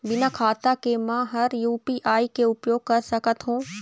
बिना खाता के म हर यू.पी.आई के उपयोग कर सकत हो?